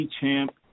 champ